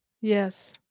yes